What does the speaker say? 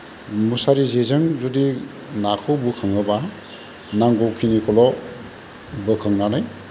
मुसारि जेजों जुदि नाखौ बोखाङोब्ला नांगौखिनिखौल' बोखांनानै